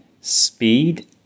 speed